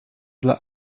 dla